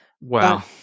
Wow